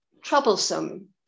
troublesome